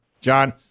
John